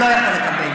הוא לא יכול לקבל.